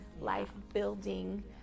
life-building